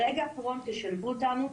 ברגע האחרון תשלבו אותנו,